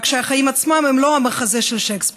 רק שהחיים עצמם הם לא המחזה של שייקספיר,